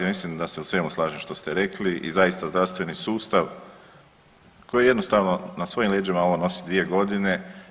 Mislim da se u svemu slažem što ste rekli i zaista zdravstveni sustav koji jednostavno na svojim leđima ovo nosi 2 godine.